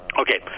Okay